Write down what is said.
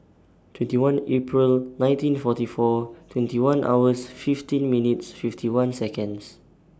twenty one April nineteen forty four twenty one hours fifteen minutes fifty one Seconds